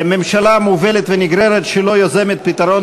ממשלה מובלת ונגררת שלא יוזמת פתרון